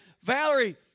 Valerie